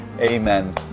amen